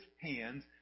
hands